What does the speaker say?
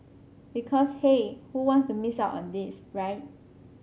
because hey who wants to miss out on this right